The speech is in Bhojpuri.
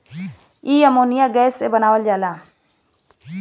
इ अमोनिया गैस से बनावल जाला